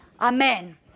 Amen